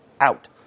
out